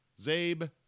Zabe